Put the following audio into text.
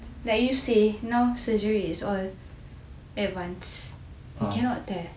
like you say now surgery is all advance we cannot tell